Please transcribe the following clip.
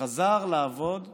שחזר לעבוד בשבועות,